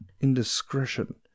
indiscretion